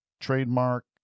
trademark